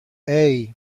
hey